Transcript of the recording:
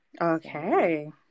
Okay